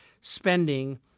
spending